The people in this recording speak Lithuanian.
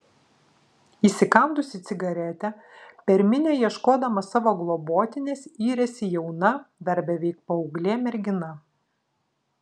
įsikandusi cigaretę per minią ieškodama savo globotinės yrėsi jauna dar beveik paauglė mergina